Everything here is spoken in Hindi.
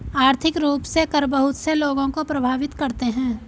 आर्थिक रूप से कर बहुत से लोगों को प्राभावित करते हैं